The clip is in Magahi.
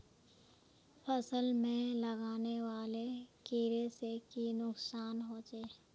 फसल में लगने वाले कीड़े से की नुकसान होचे?